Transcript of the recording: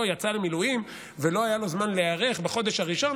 יצא למילואים ולא היה לו זמן להיערך בחודש הראשון,